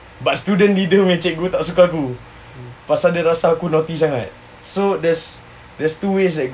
but students leader punya cikgu tak suka aku pasal dia rasa aku naughty sangat so there's there's two ways that